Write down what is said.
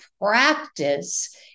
practice